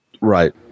Right